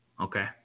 Okay